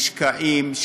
משקעים,